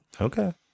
Okay